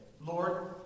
Lord